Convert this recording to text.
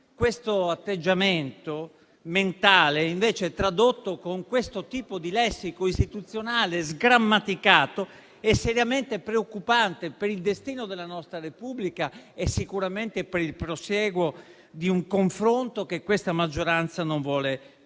Questo atteggiamento mentale, invece, tradotto con questo tipo di lessico istituzionale sgrammaticato, è seriamente preoccupante per il destino della nostra Repubblica e sicuramente per il prosieguo di un confronto che questa maggioranza non vuole portare